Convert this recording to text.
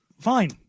fine